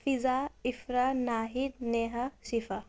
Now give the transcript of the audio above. Fiza Afra Naheed Neha Shifa